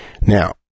Now